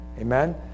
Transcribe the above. Amen